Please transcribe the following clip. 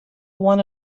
one